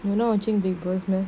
you not watching vapors meh